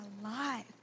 alive